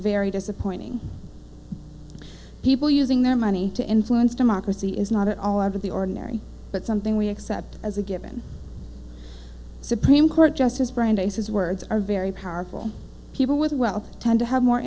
very disappointing people using their money to influence democracy is not at all out of the ordinary but something we accept as a given supreme court justice brandeis his words are very powerful people with wealth tend to have more